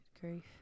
grief